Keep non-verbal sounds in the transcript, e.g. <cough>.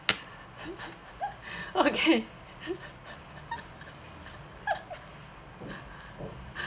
<laughs> <breath> okay <laughs> <breath>